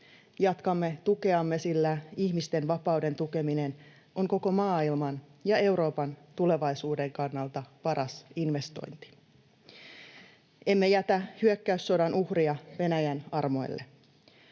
Jatkamme tukeamme, sillä ihmisten vapauden tukeminen on koko maailman ja Euroopan tulevaisuuden kannalta paras investointi. Emme jätä hyökkäyssodan uhria Venäjän armoille.